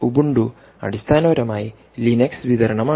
Ubuntu അടിസ്ഥാനപരമായി Linux വിതരണമാണ്